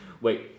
Wait